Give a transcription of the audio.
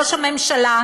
ראש הממשלה,